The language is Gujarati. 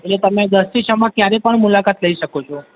એટલે તમે દસ થી છમાં ક્યારેય પણ મુલાકાત લઇ શકો છો